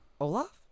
Olaf